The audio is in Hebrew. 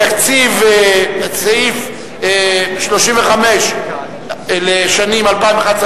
תקציב סעיף 35 לשנים 2011,